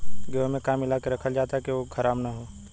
गेहूँ में का मिलाके रखल जाता कि उ खराब न हो?